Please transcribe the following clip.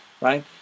right